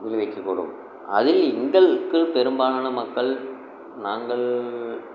விளைவிக்க கூடும் அதில் எங்களுக்கு பெரும்பாலான மக்கள் நாங்கள்